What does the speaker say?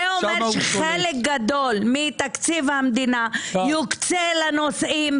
זה אומר שחלק גדול מתקציב המדינה יוקצה לנושאים,